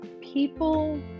people